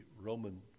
Roman